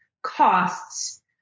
costs